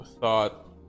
thought